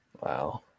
wow